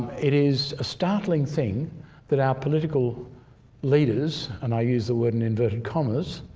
it is a startling thing that our political leaders and i use the word in inverted commas